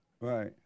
Right